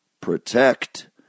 protect